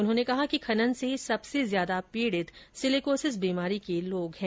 उन्होंने कहा कि खनन से सबसे ज्यादा पीड़ित सिलीकोसिस बीमारी के लोग है